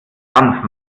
trans